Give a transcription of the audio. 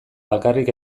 bakarrik